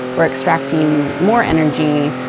we're extracting more energy,